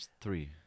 three